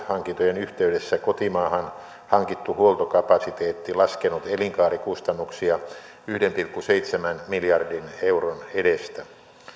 hankintojen yhteydessä kotimaahan hankittu huoltokapasiteetti laskenut elinkaarikustannuksia yhden pilkku seitsemän miljardin euron edestä